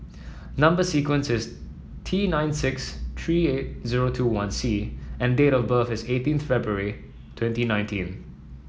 number sequence is T nine six three eight zero two one C and date of birth is eighteenth February twenty nineteen